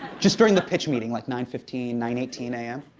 just during the pitch meeting like nine fifteen, nine eighteen am.